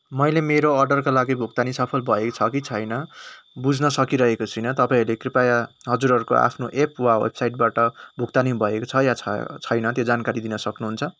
मैले मेरो अर्डरको लागि भुक्तानी सफल भएको छ कि छैन बुझ्न सकिरहेको छुइन तपाईँहरूले कृपया हजुरहरूको आफ्नो एप वा वेबसाइटबाट भुक्तानी भएको छ या छैन त्यो जानकारी दिन सक्नुहुन्छ